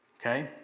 Okay